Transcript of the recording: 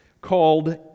called